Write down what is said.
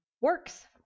works